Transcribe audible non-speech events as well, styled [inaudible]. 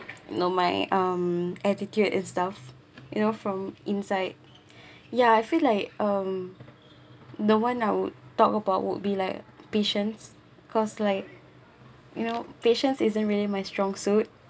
no my um attitude and stuff you know from inside [breath] ya I feel like um the one I would talk about would be like patience cause like you know patience isn't really my strong suit